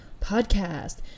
podcast